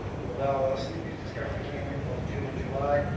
who allow us to use discovery canyon both june and july,